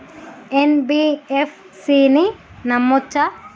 NBFC ని నమ్మచ్చా?